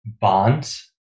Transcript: bonds